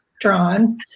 drawn